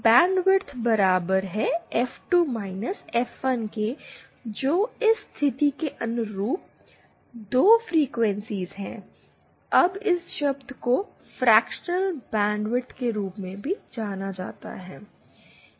bandwidth बराबर है F two F one के जो इस स्थिति के अनुरूप 2 फ्रीक्वेंसी हैं अब इस शब्द को फ्रेक्शनल बैंडविड्थ के रूप में भी जाना जाता है